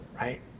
right